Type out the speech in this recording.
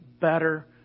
better